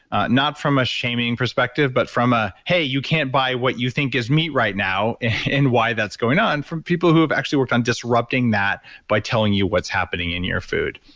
not from a shaming perspective, but from a hey you can't buy what you think is meat right now and why that's going on from people who have actually worked on disrupting that by telling you what's happening in your food